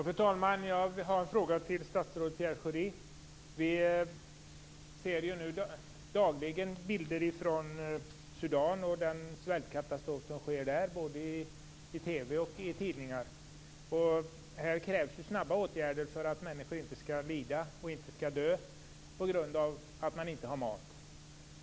Fru talman! Jag har en fråga till statsrådet Pierre Schori. Vi ser nu dagligen bilder både i TV och i tidningar från Sudan och den svältkatastrof som finns där. Här krävs det snabba åtgärder för att människor inte skall lida och dö på grund av att de inte har mat.